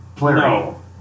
No